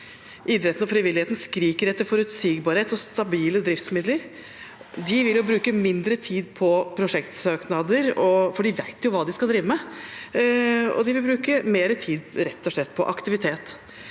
Idretten og frivilligheten skriker etter forutsigbarhet og stabile driftsmidler. De vil bruke mindre tid på prosjektsøknader, for de vet hva de skal drive med, og de vil rett og slett bruke mer tid på aktivitet.